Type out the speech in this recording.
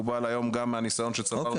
מקובל גם מהניסיון שצברנו פה.